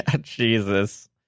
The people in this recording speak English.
Jesus